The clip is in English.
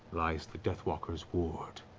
lies the deathwalker's ward.